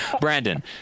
Brandon